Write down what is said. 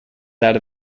that